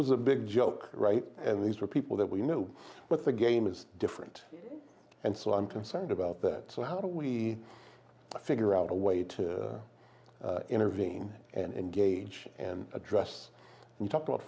was a big joke right and these were people that we knew but the game is different and so i'm concerned about that so how do we figure out a way to intervene and engage and address and talk about